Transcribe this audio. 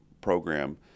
program